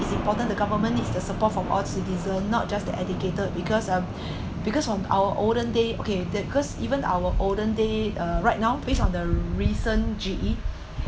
it's important the government needs the support from all citizens not just the educated because uh because from our olden day okay cause even our olden day uh right now based on the recent G_E